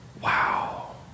wow